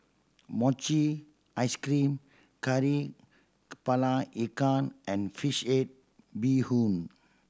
mochi ice cream Kari Kepala Ikan and fish head bee hoon